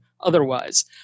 otherwise